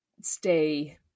stay